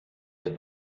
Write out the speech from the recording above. der